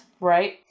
right